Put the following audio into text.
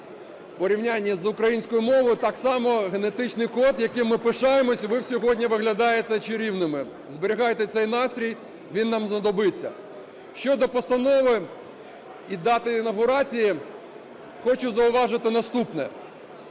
в порівнянні з українською мовою, так само генетичний код, яким ми пишаємось, і ви сьогодні виглядаєте чарівними. Зберігайте цей настрій, він нам знадобиться. Щодо постанови і дати інавгурації хочу зауважити наступне.